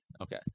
Okay